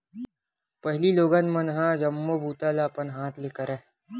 पहिली लोगन मन ह जम्मो बूता ल अपन हाथ ले करय